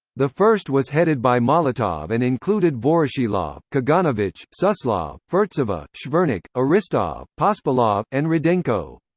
the first was headed by molotov and included voroshilov, kaganovich, suslov, furtseva, shvernik, aristov, pospelov, and rudenko.